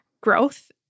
growth